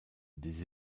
des